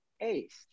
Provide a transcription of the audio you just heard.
Ace